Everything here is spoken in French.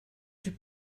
plus